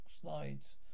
slides